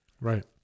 Right